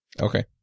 Okay